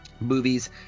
movies